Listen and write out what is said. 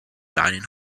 dining